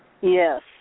Yes